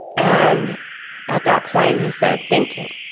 and at that point, he said thank you